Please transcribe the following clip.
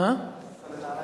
נכנסת לנעליים גדולות, יוחנן.